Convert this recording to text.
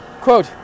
Quote